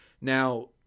Now